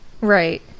Right